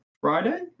Friday